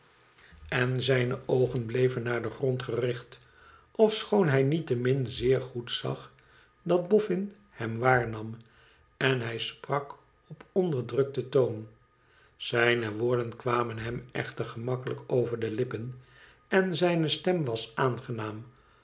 rkchtsgelkerde s oogen bleven naar den grond gericht ofschoon hij niettemin zeer goed zag dat bofn hem waarnam en hij sprak op onderdrukten toon zijne woorden kwamen hem echter gemakkelijk over de lippen en zijne stem was aangenaam